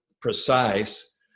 precise